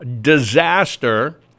disaster